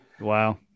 Wow